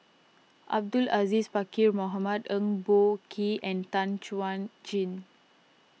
Abdul Aziz Pakkeer Mohamed Eng Boh Kee and Tan Chuan Jin